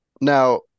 Now